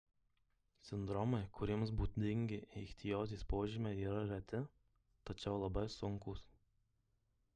sindromai kuriems būdingi ichtiozės požymiai yra reti tačiau labai sunkūs